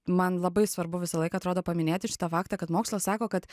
man labai svarbu visą laiką atrodo paminėti šitą faktą kad mokslas sako kad